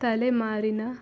ತಲೆಮಾರಿನ